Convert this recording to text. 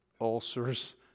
ulcers